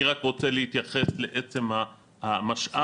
אני רק רוצה להתייחס לעצם המשאב.